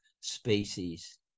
species